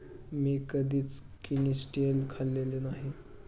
मी कधीच किनिस्टेल खाल्लेले नाही